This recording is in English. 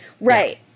Right